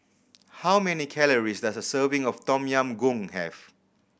how many calories does a serving of Tom Yam Goong have